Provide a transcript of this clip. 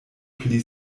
pli